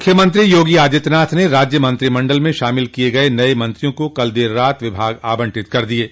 मुख्यमंत्री योगी आदित्यनाथ ने राज्य मंत्रिमंडल में शामिल किये गये नये मंत्रियों को कल देर रात विभाग आवंटित कर दिये हैं